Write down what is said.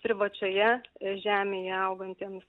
privačioje žemėje augantiems